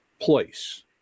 place